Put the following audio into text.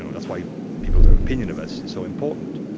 ah that's why people's opinion of us is so important.